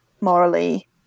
morally